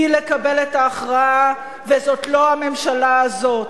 היא לקבל את ההכרעה, וזאת לא הממשלה הזאת.